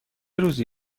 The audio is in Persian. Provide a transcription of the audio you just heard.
روزی